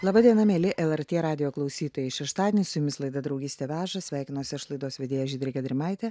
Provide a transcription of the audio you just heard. laba diena mieli lrt radijo klausytojai šeštadienį su jumis laida draugystė veža sveikinuosi aš laidos vedėja žydrė gedrimaitė